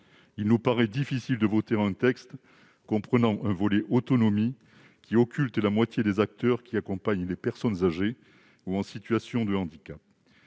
Il nous paraît difficile de voter un texte comprenant un volet autonomie qui occulte la moitié des acteurs accompagnant les personnes âgées ou en situation de handicap.